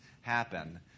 happen